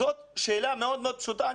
זאת שאלה מאוד פשוטה.